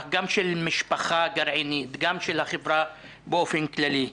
גם של המשפחה הגרעינית גם של החברה באופן כללי.